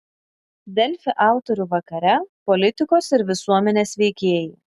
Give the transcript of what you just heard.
delfi autorių vakare politikos ir visuomenės veikėjai